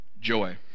joy